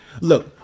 look